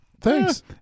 thanks